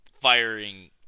firing